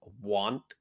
want